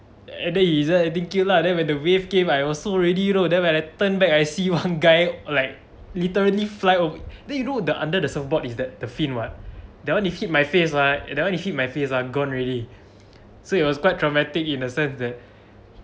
and then he just thank you lah then when the wave came I was so ready you know then when I turn back I see one guy like literally fly over then you know the under the surfboard is that the fin what that one you hit my face lah that one if hit my face ah gone already so it was quite traumatic in a sense that